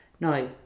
Now